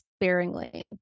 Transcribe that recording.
sparingly